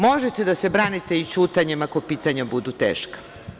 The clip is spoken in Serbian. Možete i da se branite ćutanjem ako pitanja budu teška.